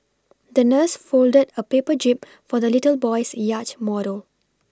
the nurse folded a paper jib for the little boy's yacht model